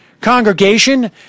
congregation